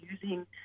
using